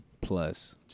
plus